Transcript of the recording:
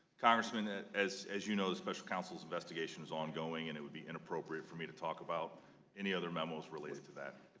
congressman as as you know the special counsel's investigation is ongoing and it would be inappropriate for me to talk about any other memos related to that.